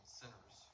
sinners